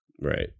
Right